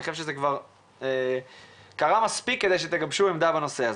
אני חושב שקרה מספיק כדי שתגבשו עמדה בנושא.